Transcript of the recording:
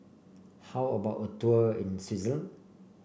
how about a tour in Switzerland